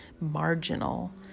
marginal